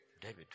David